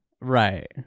right